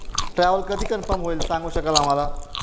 travel कधी confirm होईल सांगू शकाल आम्हाला